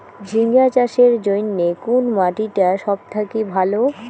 ঝিঙ্গা চাষের জইন্যে কুন মাটি টা সব থাকি ভালো?